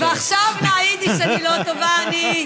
ועכשיו ביידיש, אני לא טובה.